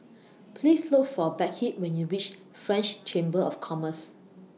Please Look For Beckett when YOU REACH French Chamber of Commerce